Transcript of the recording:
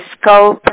scope